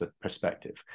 perspective